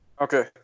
Okay